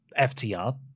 FTR